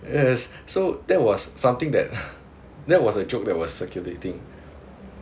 yes so that was something that that was a joke that was circulating